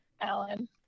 Alan